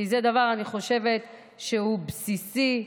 כי אני חושבת שזה דבר בסיסי.